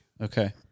okay